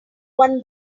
one